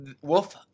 Wolf